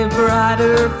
brighter